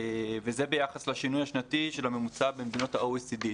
וזה ביחס לשינוי השנתי של הממוצע במדינות ה-OECD,